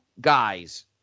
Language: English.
guys